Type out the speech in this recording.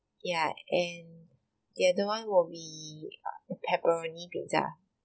ya and the other one would be uh pepperoni pizza